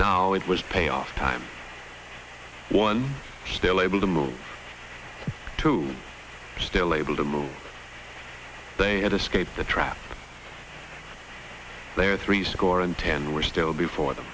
now it was pay off time one still able to move to still able to move they had escaped the trap there three score and ten were still before them